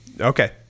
Okay